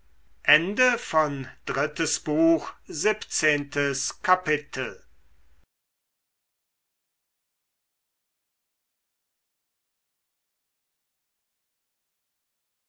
drittes buch erstes kapitel